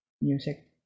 music